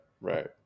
Right